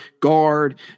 guard